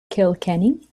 kilkenny